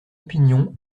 opinion